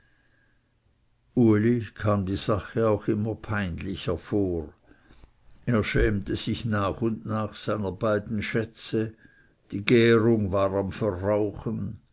uli kam die sache auch immer peinlicher vor er schämte sich nach und nach seiner beiden schätze die gärung war am verrauchnen